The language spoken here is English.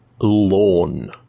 Lawn